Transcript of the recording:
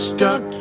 Stuck